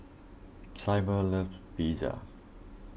Syble loves Pizza